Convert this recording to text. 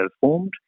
formed